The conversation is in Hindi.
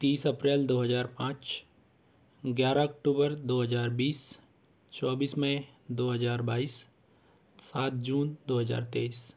तीस अप्रैल दो हजार पाँच ग्यारह अक्टूबर हजार बीस चौबीस मई दो हजार बाइस सात जून दो हजार तेइस